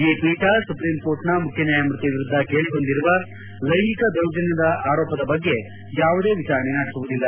ಈ ಪೀಠ ಸುಪ್ರೀಂಕೋರ್ಟ್ನ ಮುಖ್ಯ ನ್ಯಾಯಮೂರ್ತಿ ವಿರುದ್ದ ಕೇಳಿ ಬಂದಿರುವ ಲೈಂಗಿಕ ದೌರ್ಜನ್ಲದ ಆರೋಪದ ಬಗ್ಗೆ ಯಾವುದೇ ವಿಚಾರಣೆ ನಡೆಸುವುದಿಲ್ಲ